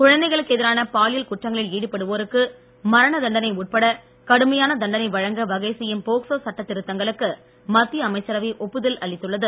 குழந்தைகளுக்கு எதிரான பாலியல் குற்றங்களில் ஈடுபடுவோருக்கு மரண தண்டனை உட்பட கடுமையான தண்டனை வழங்க வகை செய்யும் போக்சோ சட்டத் திருத்தங்களுக்கு மத்திய அமைச்சரவை ஒப்புதல் அளித்துள்ளது